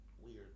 weird